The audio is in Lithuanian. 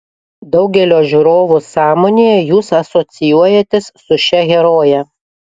daugelio žiūrovų sąmonėje jūs asocijuojatės su šia heroje